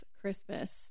christmas